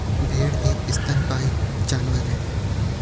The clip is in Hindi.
भेड़ एक स्तनपायी जानवर है